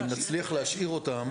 אם נצליח להשאיר אותן,